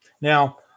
Now